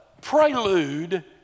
prelude